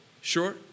sure